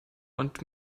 want